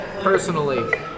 personally